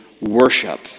worship